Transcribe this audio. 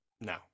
no